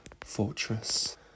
fortress